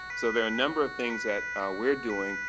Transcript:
so there are a number of things that we're doing.